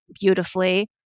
beautifully